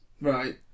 Right